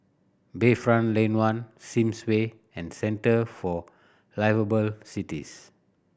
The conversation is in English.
Bayfront Lane One Sims Way and Centre for Liveable Cities